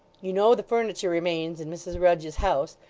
you know the furniture remains in mrs rudge's house,